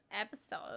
episode